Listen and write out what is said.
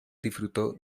disfrutó